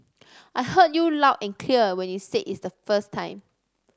I heard you loud and clear when you said it the first time